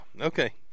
okay